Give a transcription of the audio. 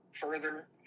further